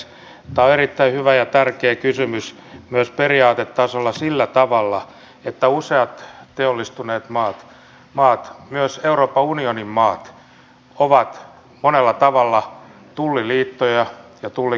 tämä on erittäin hyvä ja tärkeä kysymys myös periaatetasolla sillä tavalla että useat teollistuneet maat myös euroopan unionin maat ovat monella tavalla tulliliittoja ja tullikartelleja